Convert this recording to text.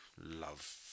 love